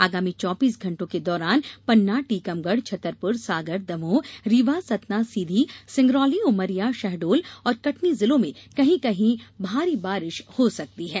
आगामी चौबीस घण्टों के दौरान पन्ना टीकमगढ़ छतरपुर सागर दमोह रीवा सतना सीधी सिंगरौली उमरिया शहडोल और कटनी जिलों में कहीं कहीं भारी बारिश हो सकती है